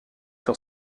sur